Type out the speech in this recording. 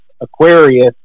Aquarius